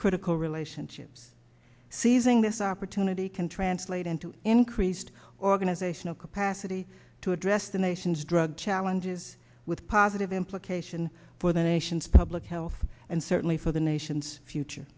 critical relationships seizing this opportunity can translate into increased organizational capacity to address the nation's drug challenges with positive implication for the nation's public health and certainly for the nation's future